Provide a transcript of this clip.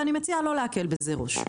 ואני מציעה לא להקל בזה ראש.